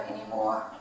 anymore